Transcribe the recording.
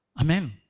Amen